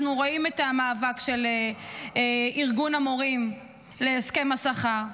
אנחנו רואים את המאבק של ארגון המורים להסכם השכר -- ביבי-סיטר.